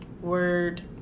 Word